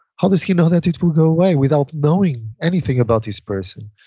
how does he know that it will go away without knowing anything about this person.